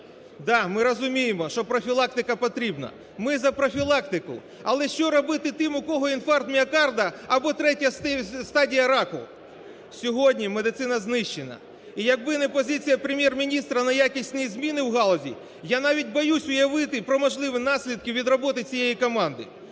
Да, ми розуміємо, що профілактика потрібна, ми за профілактику, але що робити тим, у кого інфаркт міокарда або третя стадія раку? Сьогодні медицина знищена. І якби не позиція Прем'єр-міністра на якісні зміни у галузі, я навіть боюсь уявити про можливі наслідки від роботи цієї команди.